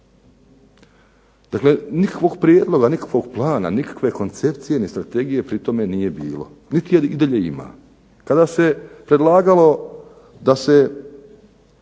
Dakle, nikakvog prijedloga, nikakvog plana, nikakve koncepcije ni strategije pri tome nije bilo niti je i dalje ima. Kada se predlagalo da se